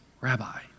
rabbi